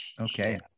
okay